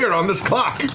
on this clock!